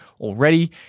already